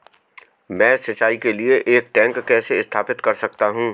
मैं सिंचाई के लिए एक टैंक कैसे स्थापित कर सकता हूँ?